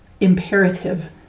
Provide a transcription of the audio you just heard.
imperative